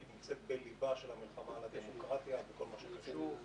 נמצאת בליבה של המלחמה על הדמוקרטיה וכל מה שקשור,